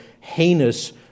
heinous